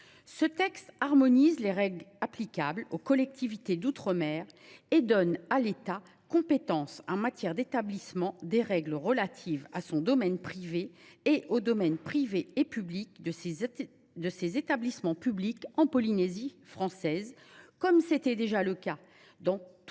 Ce texte harmonise les règles applicables aux collectivités d’outre mer et délègue à l’État la compétence en matière d’établissement des règles relatives à son domaine privé et aux domaines privé et public de ses établissements publics en Polynésie française, comme c’était déjà le cas dans toutes les autres